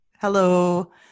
Hello